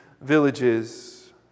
villages